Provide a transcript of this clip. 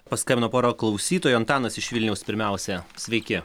paskambino pora klausytojų antanas iš vilniaus pirmiausia sveiki